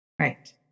Right